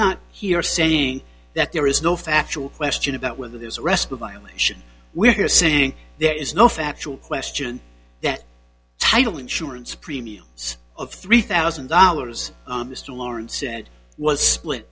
not here saying that there is no factual question about whether there's rest the violation we are seeing there is no factual question that title insurance premiums of three thousand dollars mr lawrence said was split